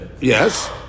Yes